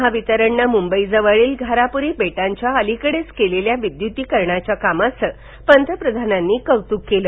महावितरणनं मुंबईजवळील घारापुरी बेटांच्या थलिकडेच केलेल्या विद्युतीकरणाच्या कामाचं पंतप्रधानांनी कौतुक केलं